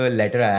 letter